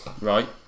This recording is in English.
Right